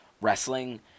wrestling